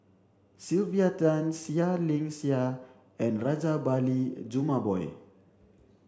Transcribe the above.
Sylvia Tan Seah Liang Seah and Rajabali Jumabhoy